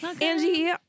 Angie